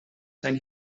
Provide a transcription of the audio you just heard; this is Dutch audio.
zijn